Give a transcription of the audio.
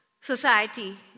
society